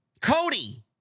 Cody